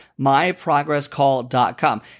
myprogresscall.com